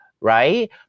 right